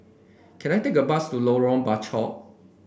can I take a bus to Lorong Bachok